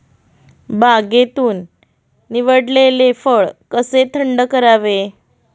बागेतून निवडलेले फळ कसे थंड करावे?